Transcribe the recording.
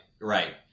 Right